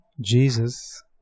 Jesus